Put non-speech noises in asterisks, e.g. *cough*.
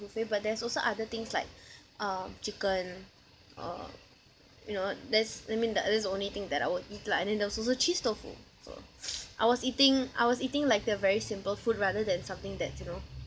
buffet but there's also other things like uh chicken or you know there's I mean that is only thing that I would eat lah and then there's also cheese tofu so *breath* I was eating I was eating like their very simple food rather than something that you know